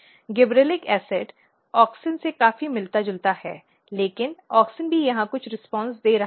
gibberellic acid auxin से काफी मिलता जुलता है लेकिन ऑक्सिन भी यहां कुछ रिस्पॉन्स दे रहा है